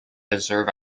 deserve